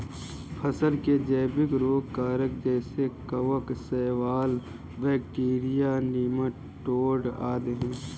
फसल के जैविक रोग कारक जैसे कवक, शैवाल, बैक्टीरिया, नीमाटोड आदि है